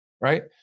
right